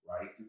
right